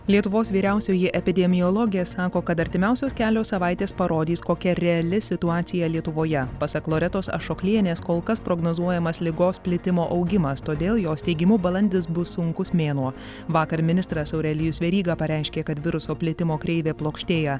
lietuvos vyriausioji epidemiologė sako kad artimiausios kelios savaitės parodys kokia reali situacija lietuvoje pasak loretos ašoklienės kol kas prognozuojamas ligos plitimo augimas todėl jos teigimu balandis bus sunkus mėnuo vakar ministras aurelijus veryga pareiškė kad viruso plitimo kreivė plokštėja